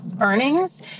earnings